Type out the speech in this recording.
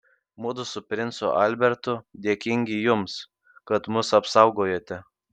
mudu su princu albertu dėkingi jums kad mus apsaugojote